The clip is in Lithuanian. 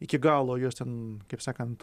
iki galo jos ten kaip sakant